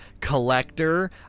Collector